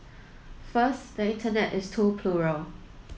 first the Internet is too plural